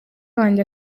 wanjye